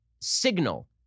signal